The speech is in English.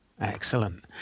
Excellent